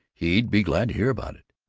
he'd be glad to hear about it!